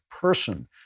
person